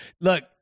look